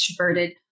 extroverted